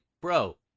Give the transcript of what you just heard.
Bro